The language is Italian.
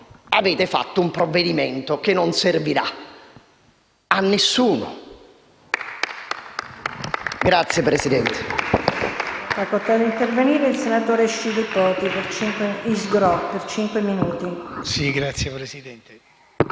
avete fatto un provvedimento che non servirà a nessuno.